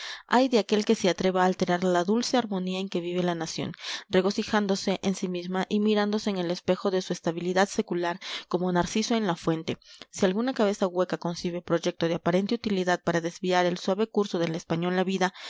ay de aquel que se atreva a alterar la dulce armonía en que vive la nación regocijándose en sí misma y mirándose en el espejo de su estabilidad secular como narciso en la fuente si alguna cabeza hueca concibe proyecto de aparente utilidad para desviar el suave curso de la española vida